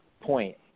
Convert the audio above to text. point